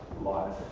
life